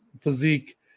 physique